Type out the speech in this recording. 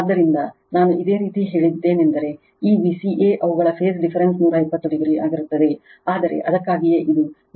ಆದ್ದರಿಂದ ನಾನು ಇದೇ ರೀತಿ ಹೇಳಿದ್ದೇನೆಂದರೆ ಈ Vca ಅವುಗಳ ಫೇಸ್ ಡಿಫರೆನ್ಸ್ 120 o ಆಗಿರುತ್ತದೆ ಆದರೆ ಅದಕ್ಕಾಗಿಯೇ ಇದು Vab ಇದು Vbc ಇದು V ca